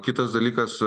kitas dalykas